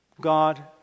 God